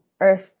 earth